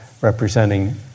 representing